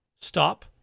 stop